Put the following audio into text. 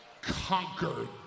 conquered